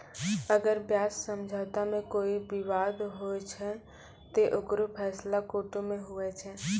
अगर ब्याज समझौता मे कोई बिबाद होय छै ते ओकरो फैसला कोटो मे हुवै छै